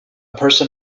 person